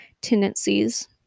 tendencies